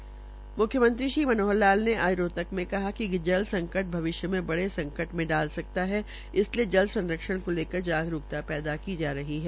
हरियाणा के मुख्यमंत्री श्री मनोहर लाल ने आज रोहतक में कहा है कि जल संकट भविष्य में बड़े संकट में डाल सकता है इसलिये जल संरक्षण को लेकर जागरूकता पैदा की जा रही है